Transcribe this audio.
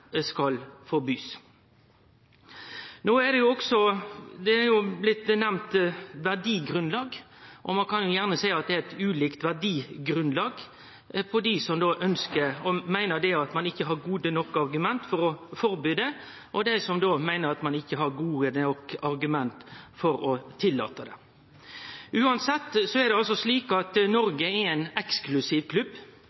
skal ein forby. Verdigrunnlag er også blitt nemnt. Ein kan gjerne seie at det er eit ulikt verdigrunnlag mellom dei som meiner at ein ikkje har gode nok argument for forbodet, og dei som meiner at ein ikkje har gode nok argument for å tillate det. Uansett er det altså slik at